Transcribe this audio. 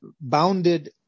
bounded